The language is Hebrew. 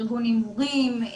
ארגון הימורים,